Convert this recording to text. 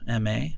MA